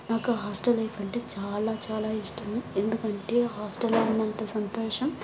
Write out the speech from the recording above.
నాకు hostel life అంటే చాలా చాలా ఇష్టము ఎందుకంటే హాస్టల్లో ఉన్నంత సంతోషం